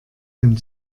dem